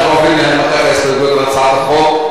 אנחנו עוברים להנמקת ההסתייגויות להצעת החוק.